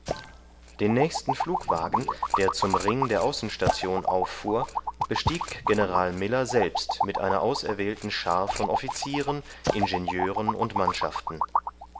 den nächsten flugwagen der zum ring der außenstation auffuhr bestieg general miller selbst mit einer auserwählten schar von offizieren ingenieuren und mannschaften